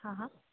હાં હાં